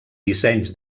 dissenys